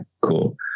cool